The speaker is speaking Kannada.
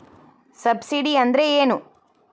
ಸಬ್ಸಿಡಿ ಅಂದ್ರೆ ಏನು?